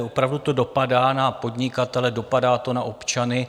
Opravdu to dopadá na podnikatele, dopadá to na občany.